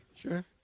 Sure